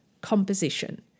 Composition